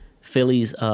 Phillies